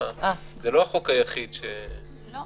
זה לא החוק היחיד --- לא.